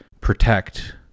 protect